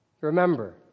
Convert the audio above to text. remember